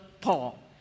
Paul